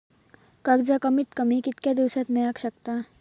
कर्ज कमीत कमी कितक्या दिवसात मेलक शकता?